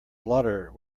blotter